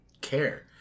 care